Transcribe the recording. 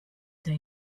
they